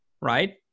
right